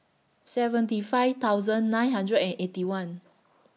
seventy five thousand nine hundred and Eighty One